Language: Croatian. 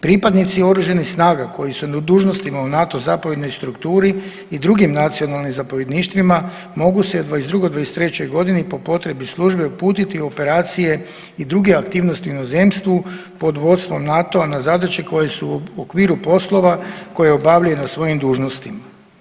Pripadnici oružanih snaga koji su na dužnostima u NATO zapovjednoj strukturi i drugim nacionalnim zapovjedništvima mogu se u '22. i '23.g. po potrebi službe uputiti u operacije i druge aktivnosti u inozemstvu pod vodstvom NATO-a na zadaće koje su u okviru poslova koje obavljaju na svojim dužnostima.